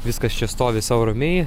viskas čia stovi sau ramiai